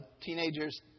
teenagers